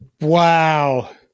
Wow